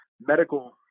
medical